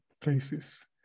places